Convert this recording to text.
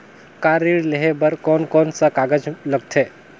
Car ऋण लेहे बार कोन कोन सा कागज़ लगथे?